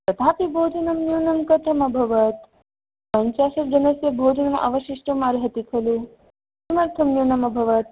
तथापि भोजनं न्यूनं कथम् अभवत् पञ्चाशत् जनस्य भोजनं अवशिष्टं अर्हति खलु किमर्थं न्यूनम् अभवत्